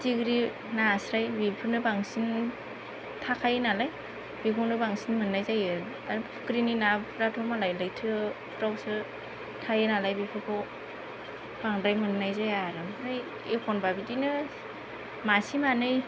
फिथिग्रि नास्राय बिफोरनो बांसिन थाखायोनालाय बेखौनो बांसिन मोननाय जायो आरो फुख्रिनि नाफोराथ' मालाय लैथोफोरावसो थायोनालाय बेफोरखौ बांद्राय मोननाय जाया आरो ओमफ्राय एखनबा बिदिनो मासे मानै